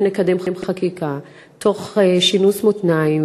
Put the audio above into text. ונקדם חקיקה תוך שינוס מותניים